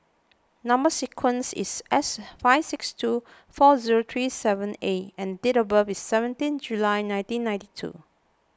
Number Sequence is S five six two four zero three seven A and date of birth is seventeen July nineteen ninety two